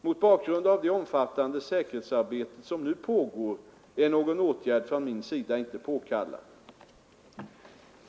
Mot bakgrund av det omfattande säkerhetsarbete som nu pågår är någon åtgärd från min sida inte påkallad.